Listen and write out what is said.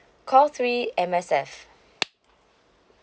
call three M_S_F